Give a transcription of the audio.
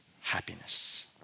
happiness